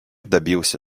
добился